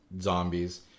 zombies